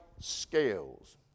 scales